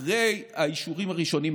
אחרי האישורים הראשונים,